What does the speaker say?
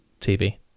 TV